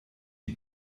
die